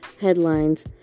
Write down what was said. headlines